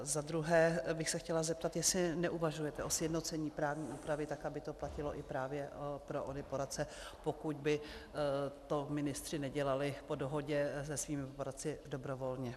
Za druhé bych se chtěla zeptat, jestli neuvažujete o sjednocení právní úpravy tak, aby to platilo i právě pro ony poradce, pokud by to ministři nedělali po dohodě se svými poradci dobrovolně.